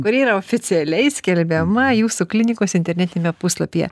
kuri yra oficialiai skelbiama jūsų klinikos internetiniame puslapyje